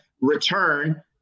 return